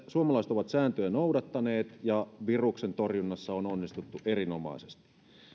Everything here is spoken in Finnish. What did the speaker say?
suomalaiset ovat sääntöjä noudattaneet ja viruksen torjunnassa on onnistuttu erinomaisesti